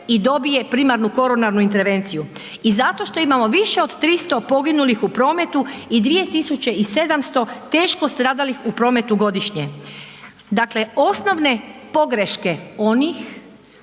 i dobije primarnu koronarnu intervenciju. I zato što imamo više od 300 poginulih u prometu i 2700 teško stradalih u prometu godišnje. Dakle osnovne pogreške onih